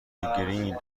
گرین